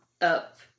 up